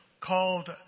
called